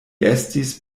estis